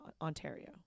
Ontario